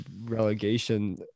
relegation